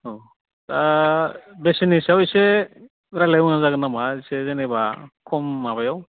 औ दा बेसेननि सायाव एसे रायलायबा मोजां जागोन नामा एसे जेनेबा खम माबायाव